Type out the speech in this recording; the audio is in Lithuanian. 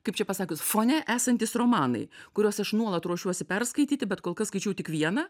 kaip čia pasakius fone esantys romanai kuriuos aš nuolat ruošiuosi perskaityti bet kol kas skaičiau tik vieną